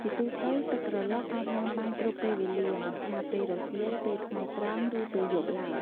ជាទូទៅ ទឹកក្រឡុកអាចញុាំបានគ្រប់ពេលវេលាមិនថាពេលរសៀល ពេលថ្ងៃត្រង់ ឬពេលយប់ឡើយ។